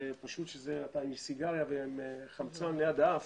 סיגריה וחמצן ליד האף,